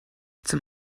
zum